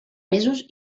mesos